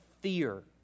fear